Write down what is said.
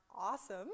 awesome